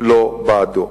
לא בעדה.